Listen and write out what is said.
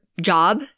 job